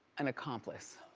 an accomplice.